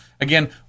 Again